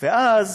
ואז